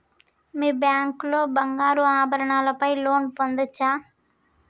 మీ bank లో బంగారు ఆభరణాల పై లోన్ పొందచ్చా?